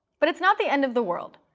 but it's not the end of the world.